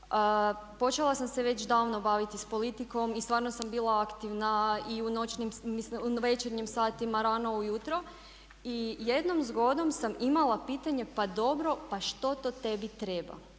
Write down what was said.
počela sam se već davno baviti s politikom i stvarno sam bila aktivna i u večernjim satima, rano ujutro i jednom zgodom sam imala pitanje pa dobro pa što to tebi treba,